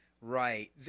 right